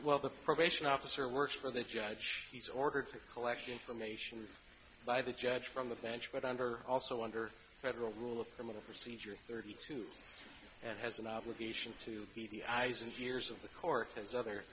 while the probation officer works for the judge he's ordered to collect information by the judge from the bench but under also under federal rule of criminal procedure thirty two and has an obligation to keep the eyes and ears of the court as other